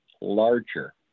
larger